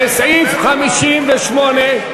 לסעיף 58,